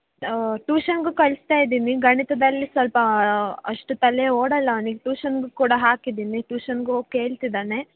ಟೂಷನ್ಗೂ ಕಳಿಸ್ತಾ ಇದ್ದೀನಿ ಗಣಿತದಲ್ಲಿ ಸ್ವಲ್ಪ ಅಷ್ಟು ತಲೆ ಓಡೋಲ್ಲ ಅವ್ನಿಗೆ ಟೂಷನ್ಗೂ ಕೂಡ ಹಾಕಿದ್ದೀನಿ ಟೂಷನ್ಗೋಗಿ ಕೇಳ್ತಿದ್ದಾನೆ